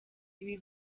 ibi